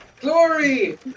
Glory